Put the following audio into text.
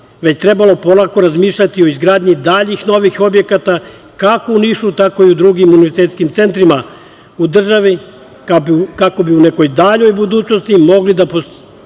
već trebalo polako razmišljati o izgradnji daljih, novih objekata, kako u Nišu, tako i u drugim univerzitetskim centrima, u državi, kako bi u nekoj daljoj budućnosti mogli da postignemo